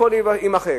הכול יימחק,